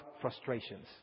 frustrations